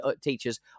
teachers